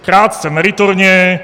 Krátce, meritorně.